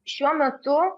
šiuo metu